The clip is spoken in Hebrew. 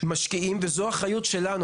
וזו האחריות שלנו,